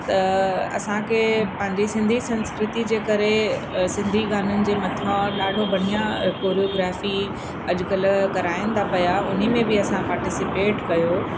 त असांखे पंहिंजी सिंधी संस्कृति जे करे सिंधी गाननि जे मथां ॾाढो बढ़िया कोरियोग्राफ़ी अॼु कल्ह कराइनि था पिया उन्ही में बि असां पार्टिसिपेट कयो